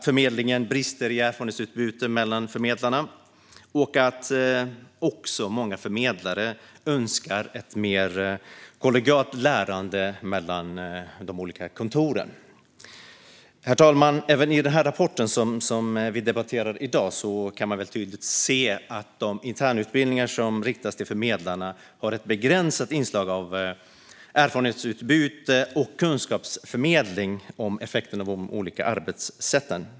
Förmedlingen brister i erfarenhetsutbyte mellan förmedlarna, och många förmedlare önskar ett mer kollegialt lärande mellan de olika kontoren. Herr talman! Även i den rapport som vi debatterar i dag kan man tydligt se att de internutbildningar som riktas till förmedlarna har ett begränsat inslag av erfarenhetsutbyte och kunskapsförmedling gällande effekten av de olika arbetssätten.